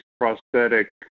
prosthetic